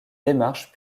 démarche